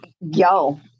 Yo